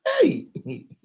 Hey